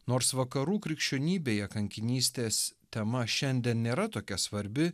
nors vakarų krikščionybėje kankinystės tema šiandien nėra tokia svarbi